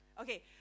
okay